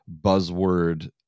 buzzword